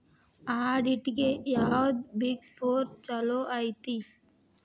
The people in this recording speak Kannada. ಆಡಿಟ್ಗೆ ಯಾವ್ದ್ ಬಿಗ್ ಫೊರ್ ಚಲೊಐತಿ?